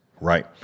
right